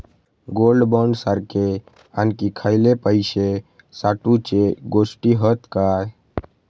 Gold bond सारखे आणखी खयले पैशे साठवूचे गोष्टी हत काय?